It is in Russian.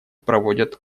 проводят